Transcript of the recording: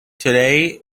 today